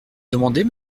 demandez